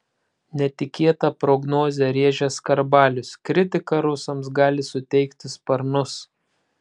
netikėtą prognozę rėžęs skarbalius kritika rusams gali suteikti sparnus